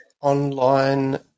online